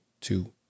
two